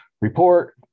report